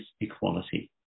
equality